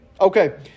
Okay